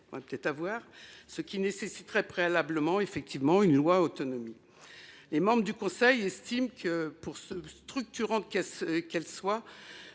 –, qui nécessiterait préalablement une véritable loi Autonomie. Les membres du conseil estiment que, « pour structurantes qu’elles soient